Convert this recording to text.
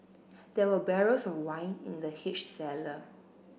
there were barrels of wine in the huge cellar